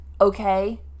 Okay